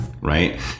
Right